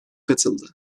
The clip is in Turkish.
katıldı